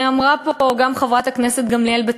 הרי אמרה פה גם חברת הכנסת גמליאל,